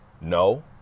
no